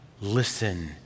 Listen